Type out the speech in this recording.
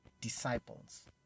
disciples